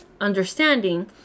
understanding